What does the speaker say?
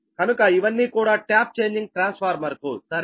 కనుక ఇవన్నీ కూడా ట్యాప్ చేంజింగ్ ట్రాన్స్ఫార్మర్ కు సరేనా